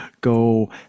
go